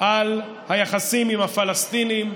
על היחסים עם הפלסטינים.